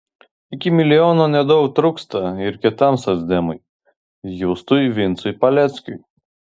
iki milijono nedaug trūksta ir kitam socdemui justui vincui paleckiui